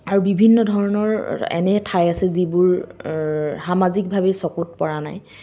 আৰু বিভিন্ন ধৰণৰ এনে ঠাই আছে যিবোৰ সামাজিকভাৱে চকুত পৰা নাই